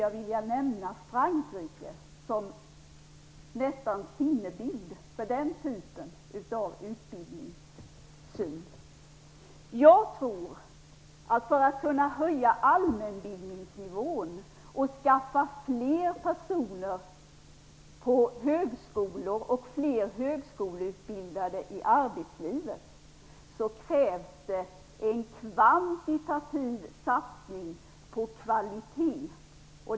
Jag vill nämna Frankrike som en nästan sinnebild för den typen av utbildningssyn. För att kunna höja allmänbildningsnivån och få in fler personer på högskolor och fler högskoleutbildade i arbetslivet tror jag att det krävs en kvantitativ satsning på kvalitet.